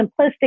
simplistic